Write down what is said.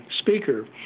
speaker